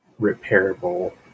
repairable